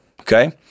okay